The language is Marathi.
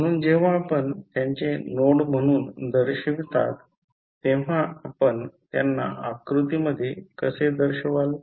म्हणून जेव्हा आपण त्यांचे नोड म्हणून दर्शवतात तेव्हा आपण त्यांना आकृतीमध्ये कसे दर्शवाल